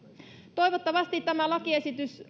toivottavasti tämä lakiesitys